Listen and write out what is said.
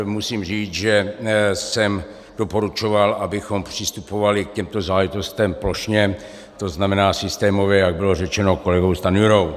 Musím říct, že jsem doporučoval, abychom přistupovali k těmto záležitostem plošně, to znamená systémově, jak bylo řečeno kolegou Stanjurou.